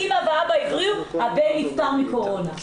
האימא והאבא הבריאו אולם הבן נפטר מקורונה.